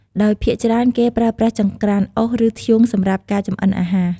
ដោយភាគច្រើនគេប្រើប្រាស់ចង្រ្កានអុស ឬធ្យូងសម្រាប់ការចម្អិនអាហារ។